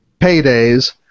paydays